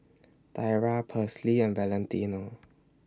Tyra Persley and Valentino